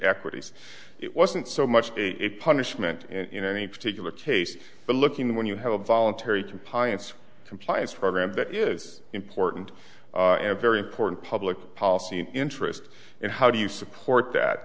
equities it wasn't so much a punishment in any particular case the looking when you have a voluntary compliance compliance program that is important and very important public policy interest in how do you support that